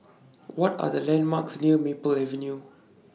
What Are The landmarks near Maple Avenue